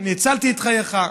אני הצלתי את חייך.